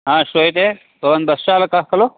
हा श्रूयते भवान् बश् चालकः खलु